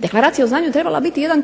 Deklaracija o znanju trebala je biti jedan